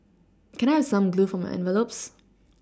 can I have some glue for my envelopes